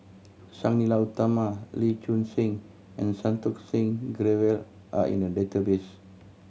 Sang Nila Utama Lee Choon Seng and Santokh Singh Grewal are in the database